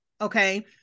Okay